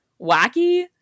wacky